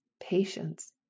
patience